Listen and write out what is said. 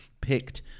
Picked